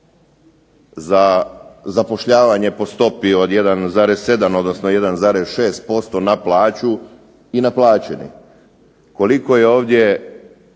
zapošljavanje po stopi od 1,7 odnosno 1,6% na plaću i naplaćeni, koliko je ovdje